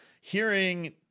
hearing